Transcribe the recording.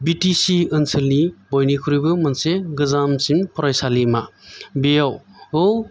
बि T C ओनसोलनि बयनिख्रुइबो मोनसे गोजामसिन फरायसालिमा बेयाव औ